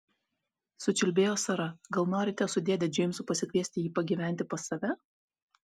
sučiulbėjo sara gal norite su dėde džeimsu pasikviesti jį pagyventi pas save